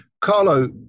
Carlo